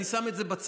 אני שם את זה בצד.